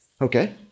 Okay